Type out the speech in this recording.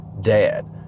dad